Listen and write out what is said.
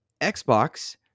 Xbox